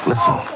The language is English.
Listen